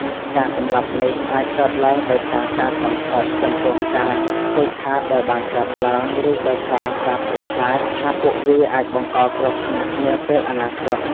ការសម្លាប់នេះអាចកើតឡើងដោយសារការ សងសឹក ចំពោះការខូចខាតដែលបានកើតឡើង ឬដោយសារការ ភ័យខ្លាច ថាពួកវាអាចបង្កគ្រោះថ្នាក់នាពេលអនាគត។